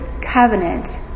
covenant